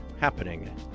happening